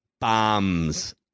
bombs